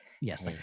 yes